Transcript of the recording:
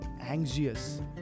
anxious